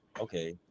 okay